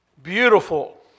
Beautiful